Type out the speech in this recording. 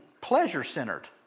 pleasure-centered